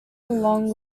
along